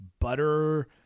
butter